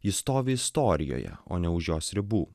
ji stovi istorijoje o ne už jos ribų